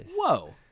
Whoa